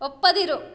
ಒಪ್ಪದಿರು